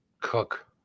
cook